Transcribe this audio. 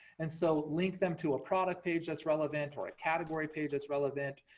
and so link them to a product page that's relevant or a category page that's relevant,